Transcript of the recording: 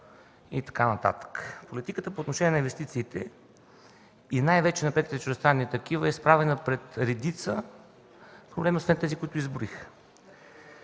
и така нататък. Политиката по отношение на инвестициите и най-вече на преките чуждестранни такива е изправена пред редица проблеми освен тези, които изброих.